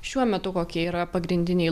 šiuo metu kokie yra pagrindiniai